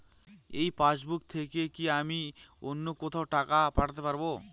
এই পাসবুক থেকে কি আমি অন্য কোথাও টাকা পাঠাতে পারব?